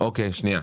אוקיי, שנייה.